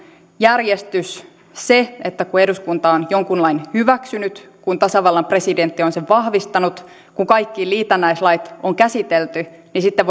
järjestys se että kun eduskunta on jonkun lain hyväksynyt kun tasavallan presidentti on sen vahvistanut kun kaikki liitännäislait on käsitelty niin sitten